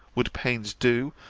would pains do,